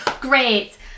Great